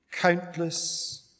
countless